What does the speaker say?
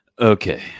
Okay